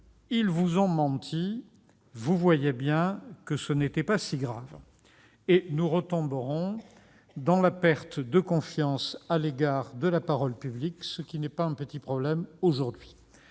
ils vous ont menti ! Vous voyez bien que ce n'était pas si grave ! Et nous retomberons alors dans la perte de confiance à l'égard de la parole publique, ce qui n'est pas un petit problème aujourd'hui.